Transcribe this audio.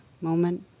moment